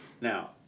Now